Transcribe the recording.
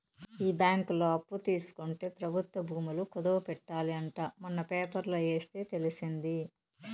ఈ బ్యాంకులో అప్పు తీసుకుంటే ప్రభుత్వ భూములు కుదవ పెట్టాలి అంట మొన్న పేపర్లో ఎస్తే తెలిసింది